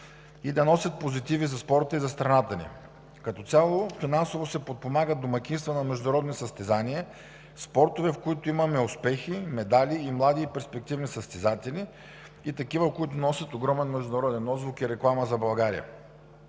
и да носят позитиви за спорта и за страната ни. Като цяло финансово се подпомагат домакинства на международни състезания, спортове, в които имаме успехи, медали и млади и перспективни състезатели, и такива, които носят огромен международен отзвук и реклама за България.